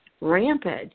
rampant